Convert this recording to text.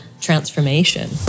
transformation